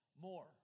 More